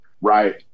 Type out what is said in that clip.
right